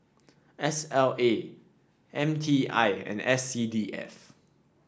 S L A M T I and S C D F